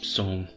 song